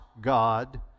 God